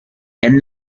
and